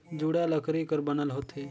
जुड़ा लकरी कर बनल होथे